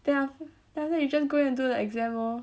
then af~ then after that you just go and do the exam lor